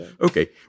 okay